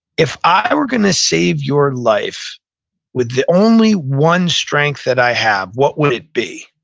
if i were going to save your life with the only one strength that i have, what would it be?